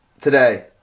today